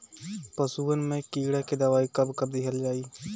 पशुअन मैं कीड़ा के दवाई कब कब दिहल जाई?